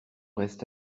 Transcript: restent